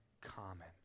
common